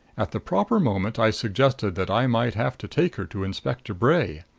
at the proper moment i suggested that i might have to take her to inspector bray.